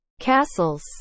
castles